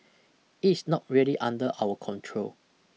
it's not really under our control